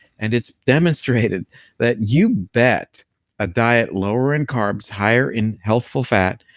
and it's demonstrated that you bet a diet lower in carbs, higher in healthful fat,